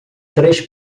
três